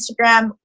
Instagram